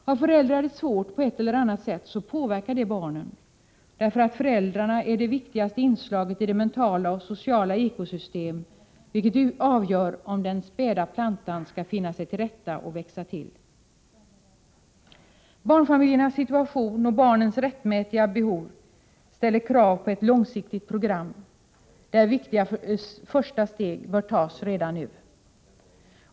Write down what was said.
Har föräldrarna det svårt på ett eller annat sätt påverkar det barnen, därför att föräldrarna är det viktigaste inslaget i det mentala och sociala ekosystem vilket avgör om den späda plantan skall finna sig till rätta och växa till. Barnfamiljernas situation, barnens rättmätiga behov ställer krav på ett långsiktigt program, där viktiga första steg bör tas redan nu.